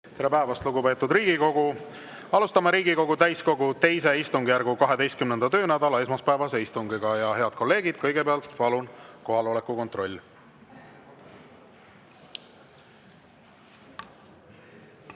Tere päevast, lugupeetud Riigikogu! Alustame Riigikogu täiskogu II istungjärgu 12. töönädala esmaspäevast istungit. Head kolleegid, kõigepealt palun kohaloleku kontroll.